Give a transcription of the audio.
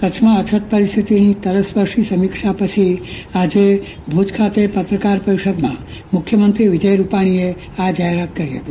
કચ્છમાં અછતની પરિસ્થિતિની તલસ્પર્શી સમીક્ષા પછી આજે ભુજ ખાતે પત્રકાર પરિષદમાં મુખ્યમંત્રી વિજય રૂપાણીએ આ જાહેરાત કરી હતી